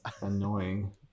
annoying